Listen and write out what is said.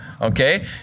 Okay